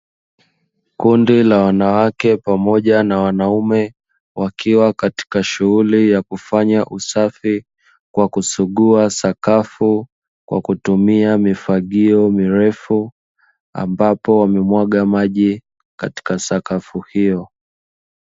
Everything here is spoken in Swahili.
Kundi la wanawake pamoja na wanaume wakiwa katika shughuli ya kufanya usafi kwa kusugua sakafu kwa kutumia mifagio mirefu ambapo wamemwaga maji katika sakafu hiyo.